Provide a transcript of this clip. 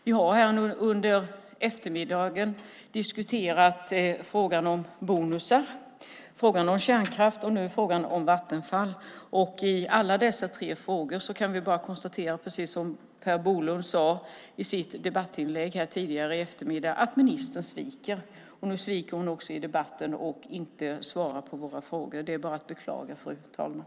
Vi har här under eftermiddagen diskuterat frågan om bonusar, frågan om kärnkraft och nu frågan om Vattenfall. I alla dessa tre frågor kan vi bara konstatera, precis som Per Bolund sade i sitt debattinlägg tidigare, att ministern sviker. Nu sviker hon också i debatten och svarar inte på våra frågor. Det är bara att beklaga, fru talman.